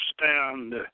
stand